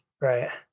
right